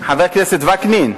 חבר הכנסת וקנין,